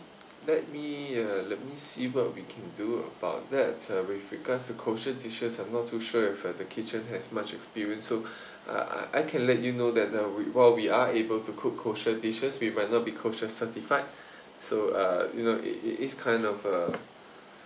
let me uh let me see what we can do about that uh with regards to kosher dishes I'm not too sure if uh the kitchen has much experience so I I can let you know that uh while we are able to cook kosher dishes we might not be kosher certified so uh you know it it is kind of a